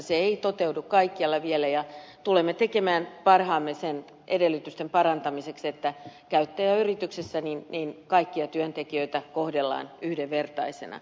se ei toteudu kaikkialla vielä ja tulemme tekemään parhaamme edellytysten parantamiseksi että käyttäjäyrityksissä kaikkia työntekijöitä kohdellaan yhdenvertaisina